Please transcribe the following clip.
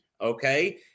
Okay